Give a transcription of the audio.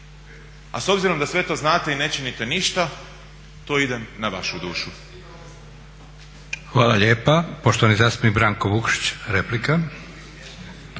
A s obzirom da sve to znate i ne činite ništa to ide na vašu dušu.